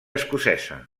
escocesa